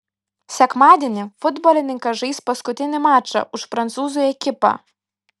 sekmadienį futbolininkas žais paskutinį mačą už prancūzų ekipą